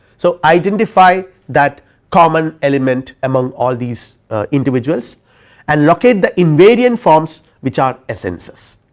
so, indentify that common element among all these individuals and locate the invariant forms which are essences.